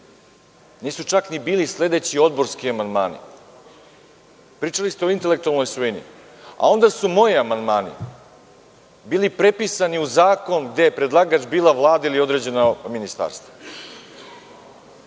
nisu čak ni bili sledeći odborski amandmani. Pričali ste o intelektualnoj svojini. Onda su moji amandmani bili prepisani u zakon gde je predlagač bila Vlad ili određeno ministarstvo.